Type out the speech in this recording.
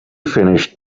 finished